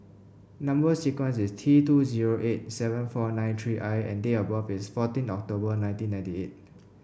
number sequence is T two zero eight seven four nine three I and date of birth is fourteen October nineteen ninety eight